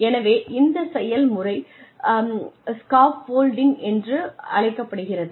எனவே இந்த செயல்முறை ஸ்காஃப்ஃபோல்டிங் என்று அழைக்கப்படுகிறது